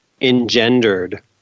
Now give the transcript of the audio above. engendered